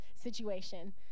Situation